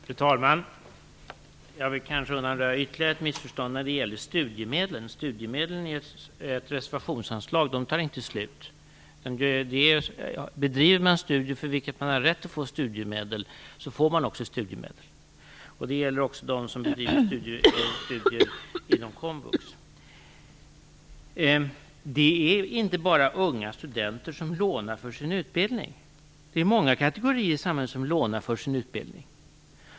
Fru talman! Kanske får jag undanröja ytterligare ett missförstånd när det gäller studiemedlen. Studiemedlen är ett reservationsanslag, och de tar inte slut. Bedriver man studier, för vilka man har rätt att få studiemedel, får man också studiemedel. Det gäller också dem som bedriver studier inom komvux. Det är inte bara unga studenter som lånar till sin utbildning, utan det är många kategorier i samhället som lånar till sin utbildning.